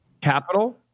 capital